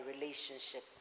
relationship